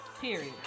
Period